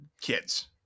kids